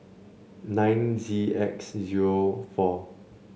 nine Z X zero four